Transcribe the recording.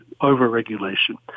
over-regulation